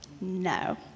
No